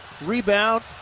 Rebound